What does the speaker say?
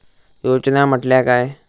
योजना म्हटल्या काय?